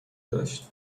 داشت